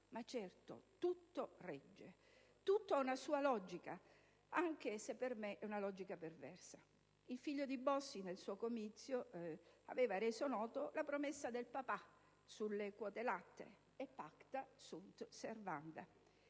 Ma certo: tutto regge, tutto ha una sua logica anche se, per me, è una logica perversa. Il figlio del ministro Bossi, nel suo comizio, aveva reso nota la promessa del papà sulle quote latte. *Pacta sunt servanda*